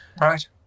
Right